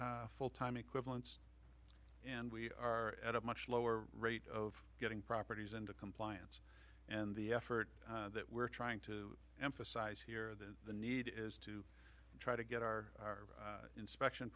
o full time equivalents and we are at a much lower rate of getting properties into compliance and the effort that we're trying to emphasize here that the need is to try to get our inspection